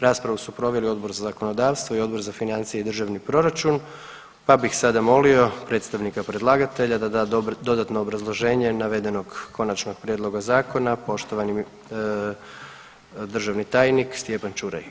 Raspravu su proveli Odbor za zakonodavstvo i Odbor za financije i državni proračun, pa bih sada molio predstavnika predlagatelja da da dodatno obrazloženje navedenog konačnog prijedloga zakona poštovani državni tajnik Stjepan Ćuraj.